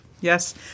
Yes